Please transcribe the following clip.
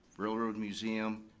railroad museum,